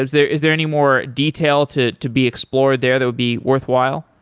is there is there any more detail to to be explored there that would be worthwhile?